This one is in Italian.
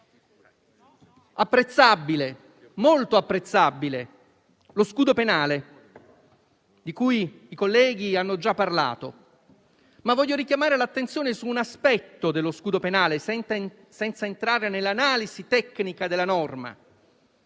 È molto apprezzabile lo scudo penale di cui i colleghi hanno già parlato, ma voglio richiamare l'attenzione su un aspetto dello scudo penale, senza entrare nell'analisi tecnica della norma.